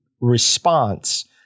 response